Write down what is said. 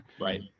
right